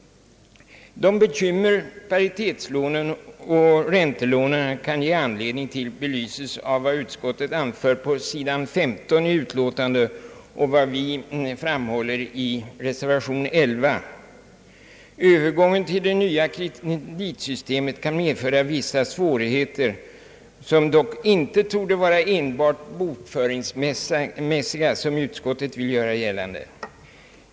De bekymmer paritetslånen och räntelånen kan ge anledning till belyses av vad utskottet anfört på sidan 15 i ut låtandet och vad vi framhåller i reservation 11. Övergången till det nya kreditsystemet kan medföra vissa svårigheter, som dock inte torde vara enbart bokföringsmässiga, som utskottet vill göra gällande.